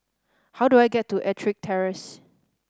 how do I get to Ettrick Terrace